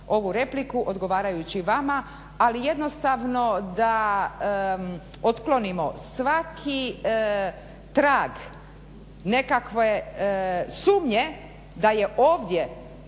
ovu repliku odgovarajući vama, ali jednostavno da otklonimo svaki trag nekakve sumnje da je ovdje